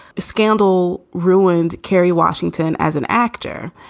the scandal ruined kerry washington as an actor.